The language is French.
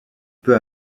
peu